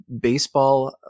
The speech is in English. baseball